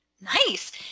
Nice